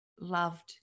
loved